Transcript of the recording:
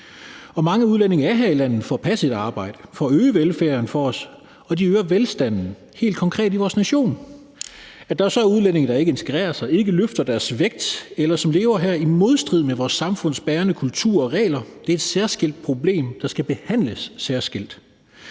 mange udlændinge er her i landet for at passe et arbejde og øge velfærden for os. Og de øger velstanden helt konkret i vores nation. At der så er udlændinge, der ikke integrerer sig og ikke løfter deres vægt, eller som lever her i modstrid med vores samfundsbærende kultur og regler, er et særskilt problem, der skal behandles særskilt.